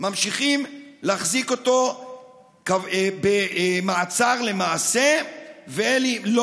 ממשיכים להחזיק אותו במעצר למעשה ולא